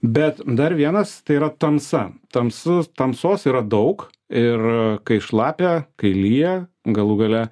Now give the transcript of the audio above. bet dar vienas tai yra tamsa tamsu tamsos yra daug ir kai šlapia kai lyja galų gale